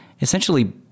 essentially